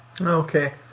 okay